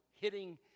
hitting